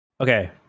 okay